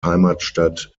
heimatstadt